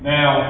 Now